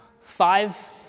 five